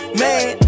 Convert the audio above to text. man